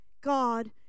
God